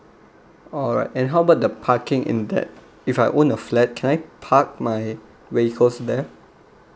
alright and how about the parking in that if I own a flat can I park my vehicle there